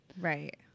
Right